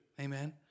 Amen